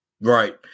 right